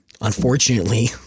unfortunately